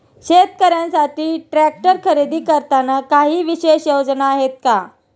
शेतकऱ्यांसाठी ट्रॅक्टर खरेदी करताना काही विशेष योजना आहेत का?